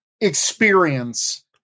experience